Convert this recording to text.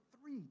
three